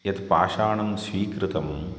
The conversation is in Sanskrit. यत्पाषाणं स्वीकृतम्